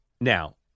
Now